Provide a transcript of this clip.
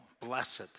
blessed